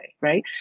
right